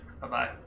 Bye-bye